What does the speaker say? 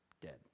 dead